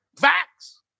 Facts